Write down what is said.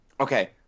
Okay